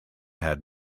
had